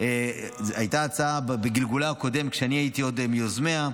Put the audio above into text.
הייתה הצעה בגלגולה הקודם, אני הייתי עוד מיוזמיה,